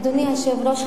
אדוני היושב-ראש,